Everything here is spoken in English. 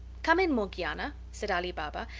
come in, morgiana, said ali baba,